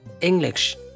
English